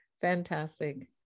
Fantastic